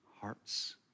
hearts